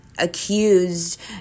accused